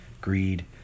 greed